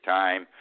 time